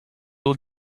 will